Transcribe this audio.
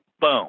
Boom